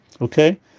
Okay